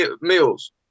meals